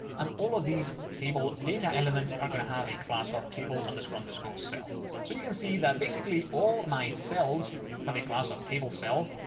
and all of these table data elements are going to have a class of table underscore underscore cell. so you can see that basically all my cells have the class of table cell,